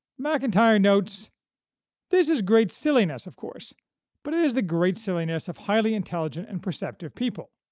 macintyre notes this is great silliness of course but it is the great silliness of highly intelligent and perceptive people.